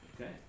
Okay